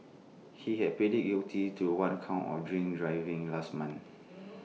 he had pleaded guilty to one count of drink driving last month